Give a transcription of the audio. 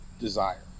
desire